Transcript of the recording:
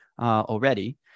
already